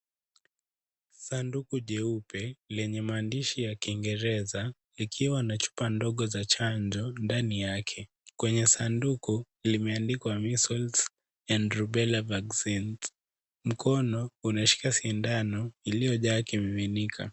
Sanduku jeupe lenye maandishi ya kiingereza ikiwa na chupa ndogo za chanjo ndani yake, kwenye sanduku limeandikwa Measles and Rubella Vaccines, mkono unashika sindano uliojaa ukimiminika.